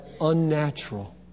unnatural